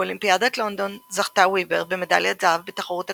באולימפיאדת לונדון זכתה ויבר במדליית זהב בתחרות הקבוצתית,